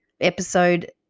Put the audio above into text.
episode